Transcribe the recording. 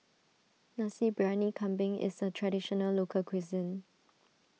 Nasi Briyani Kambing is a Traditional Local Cuisine